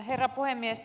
herra puhemies